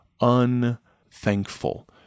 unthankful